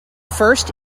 first